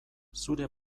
zure